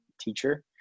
teacher